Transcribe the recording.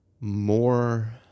more